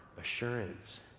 assurance